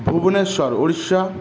Bhubaneswar Orissa